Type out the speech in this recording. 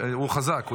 הוא חזק.